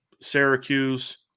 Syracuse